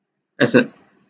is it